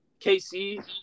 KC